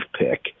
pick